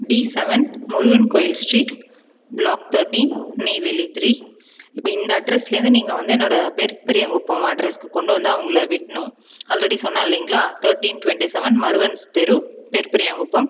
D seven Murugan கோவில் street block த்தட்டின் Neyveli three இப்போ இந்த அட்ரஸ்லேருந்து நீங்கள் வந்து என்னோடய பெர்பெரியாங்குப்பம் அட்ரஸ்க்கு கொண்டு வந்து அவங்களை விடணும் ஆல்ரெடி சொன்னலிங்களா த்தட்டின் டுவெண்ட்டி செவன் மருவன்ஸ் தெரு பெர்பெரியாங்குப்பம்